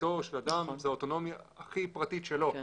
ביתו של אדם הוא האוטונומיה הכי פרטית שלו.